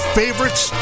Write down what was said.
favorites